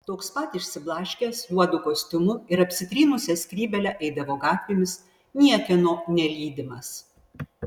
toks pat išsiblaškęs juodu kostiumu ir apsitrynusia skrybėle eidavo gatvėmis niekieno nelydimas